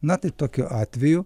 na tai tokiu atveju